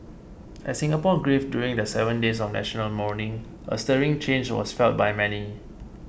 as Singapore grieved during the seven days of national mourning a stirring change was felt by many